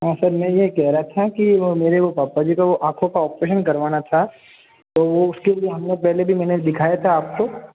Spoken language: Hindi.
हाँ सर मैं ये कह रहा था कि वो मेरे वो पापा जी को आँखों का ऑपरेशन करवाना था तो वो उसके लिए हमने पहले भी मैंने दिखाया था आपको